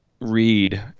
read